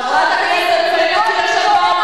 חברת הכנסת פאינה קירשנבאום,